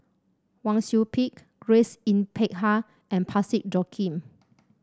Wang Sui Pick Grace Yin Peck Ha and Parsick Joaquim